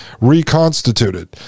reconstituted